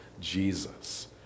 Jesus